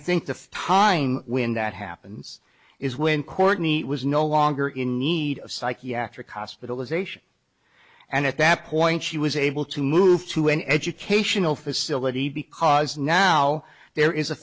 the time when that happens is when courtney was no longer in need of psychiatric hospitalization and at that point she was able to move to an educational facility because now there is a